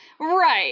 Right